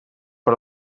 per